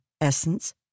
essence